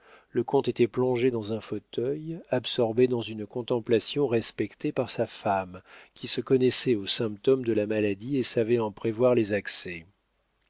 le comte était plongé dans un fauteuil absorbé dans une contemplation respectée par sa femme qui se connaissait aux symptômes de la maladie et savait en prévoir les accès